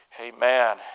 Amen